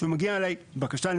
שמגיעה אליי בקשה.